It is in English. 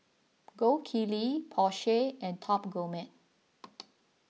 Gold Kili Porsche and Top Gourmet